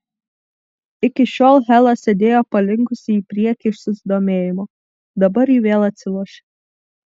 iki šiol hela sėdėjo palinkusi į priekį iš susidomėjimo dabar ji vėl atsilošė